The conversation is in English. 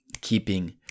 keeping